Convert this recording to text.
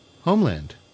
homeland